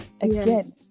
again